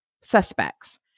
suspects